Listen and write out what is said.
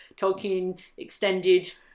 Tolkien-extended